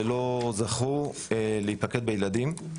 שלא זכו להתפקד בילדים.